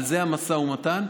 על זה המשא ומתן.